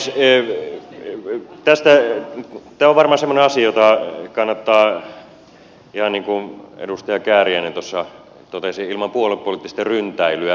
tämä on varmaan semmoinen asia jota kannattaa ihan niin kuin edustaja kääriäinen totesi ilman puoluepoliittista ryntäilyä miettiä